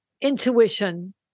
intuition